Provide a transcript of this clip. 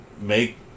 make